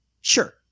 sure